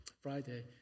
Friday